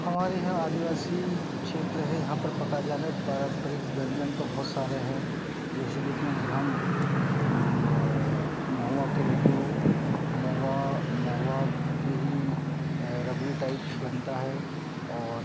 हमारे यहाँ आदिवासी क्षेत्र है यहाँ पर पकाए जाने वाले पारंपरिक व्यंजन तो बहुत सारे हैं जैसे लेकिन महुआ के लड्डू महुआ महुआ के ही रबड़ी टाइप बनता है और